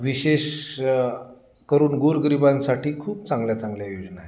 विशेष करून गोरगरिबांसाठी खूप चांगल्या चांगल्या योजना आहे